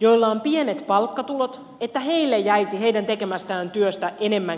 joilla on pienet palkkatulot jäisi tekemästään työstä enemmän käteen